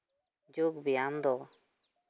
ᱡᱳᱜᱽ ᱵᱮᱭᱟᱢ ᱫᱚ